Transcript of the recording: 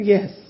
Yes